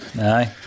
Aye